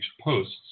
posts